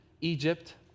Egypt